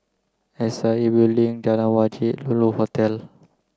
S I A Building Jalan Wajek Lulu Hotel